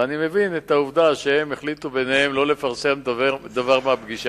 ואני מבין את העובדה שהם החליטו ביניהם לא לפרסם דבר מהפגישה.